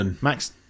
Max